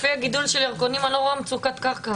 לפי הגידול של ירקונים, אני לא רואה מצוקת קרקע.